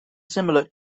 similar